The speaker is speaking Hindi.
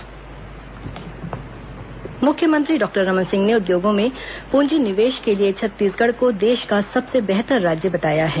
मुख्यमंत्री कनवेंशन सेंटर मुख्यमंत्री डॉक्टर रमन सिंह ने उद्योगों में पूंजी निवेश के लिए छत्तीसगढ़ को देश का सबसे बेहतर राज्य बताया है